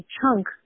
chunk